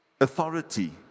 authority